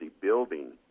building